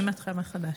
אני מתחילה מחדש.